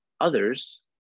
others